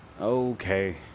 Okay